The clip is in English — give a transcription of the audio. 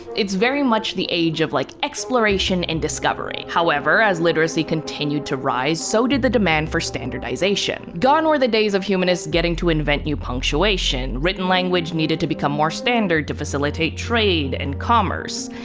it's very much the age of like exploration and discovery. however, as literacy continued to rise, so did the demand for standardization. gone were the days of humanists getting to invent new punctuation, written language needed to become more standard to facilitate trade and commerce.